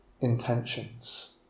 intentions